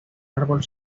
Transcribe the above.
árbol